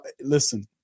Listen